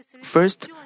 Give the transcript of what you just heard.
First